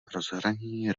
rozhraní